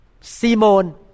Simon